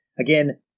Again